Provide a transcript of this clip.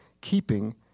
keeping